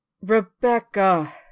Rebecca